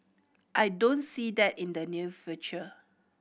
I don't see that in the near future